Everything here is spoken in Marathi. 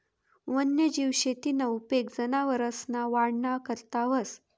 वन्यजीव शेतीना उपेग जनावरसना वाढना करता व्हस